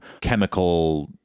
chemical